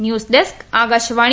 news desk Akashvani